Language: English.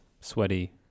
sweaty